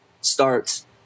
starts